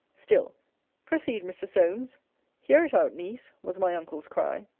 still proceed, mr. solmes hear it out, niece, was my uncle's cry.